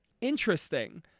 Interesting